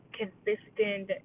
consistent